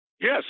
Yes